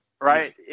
right